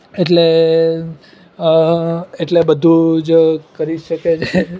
એટલે એટલે બધું જ કરી શકે છે